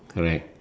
correct